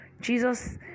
Jesus